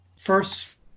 first